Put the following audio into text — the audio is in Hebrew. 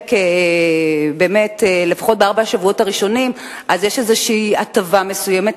ובאמת לפחות בארבעת השבועות הראשונים יש הטבה מסוימת,